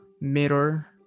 mirror